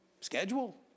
schedule